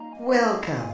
Welcome